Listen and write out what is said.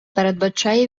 передбачає